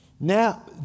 now